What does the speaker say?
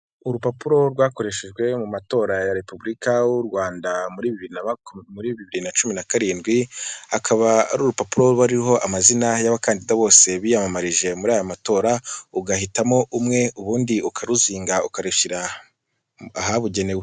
Urupapuro rwakoreshejwe mu matora ya repubulika y'uRwanda muri bibiri na cumi na karindwi, akaba ari urupapuro ruba ruriho amazina y'abakandida bose biyamamarije muri aya matora ugahitamo umwe ubundi ukaruzinga ukashyira ahabugenewe.